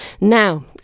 now